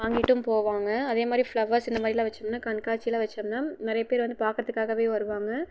வாங்கிட்டும் போவாங்க அதே மாதிரி ஃப்ளவர்ஸ் இந்த மாதிரி எல்லாம் வைச்சோம்ன்னா கண் காட்சியெல்லாம் வைச்சோம்ன்னா நிறைய பேர் வந்து பார்க்குறத்துக்காகவே வருவாங்க